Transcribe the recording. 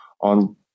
on